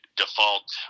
default